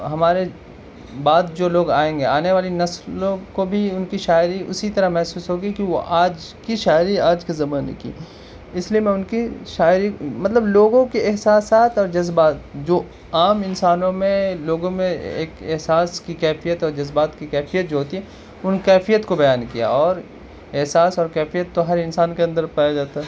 ہمارے بعد جو لوگ آئیں گے آنے والی نسلوں کو بھی ان کی شاعری اسی طرح محسوس ہوگی کہ وہ آج کی شاعری آج کے زمانے کی ہے اس لیے میں ان کی شاعری مطلب لوگوں کے احساسات اور جذبہ جو عام انسانوں میں لوگوں میں ایک احساس کی کیفیت اور جذبات کی کیفیت جو ہوتی ہے ان کیفیت کو بیان کیا اور احساس اور کیفیت تو ہر انسان کے اندر پایا جاتا ہے